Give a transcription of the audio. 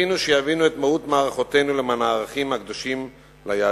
זכינו שיבינו את מהות מערכותינו למען הערכים הקדושים ליהדות.